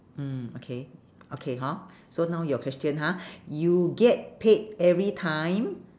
mm okay okay hor so now your question ha you get paid every time